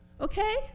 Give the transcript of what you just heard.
Okay